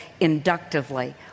inductively